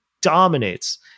dominates